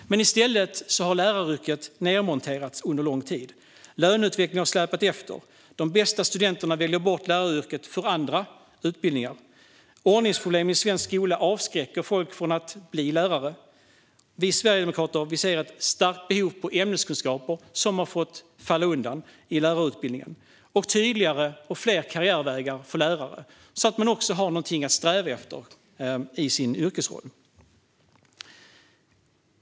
I stället har läraryrket nedmonterats under lång tid. Löneutvecklingen har släpat efter. De bästa studenterna väljer bort läraryrket för andra utbildningar. Ordningsproblem i svensk skola avskräcker folk från att bli lärare. Vi sverigedemokrater ser ett starkt behov av ämneskunskaper, något som har fått falla undan i lärarutbildningen, och tydligare och fler karriärvägar för lärare så att man också har någonting att sträva efter i sin yrkesroll.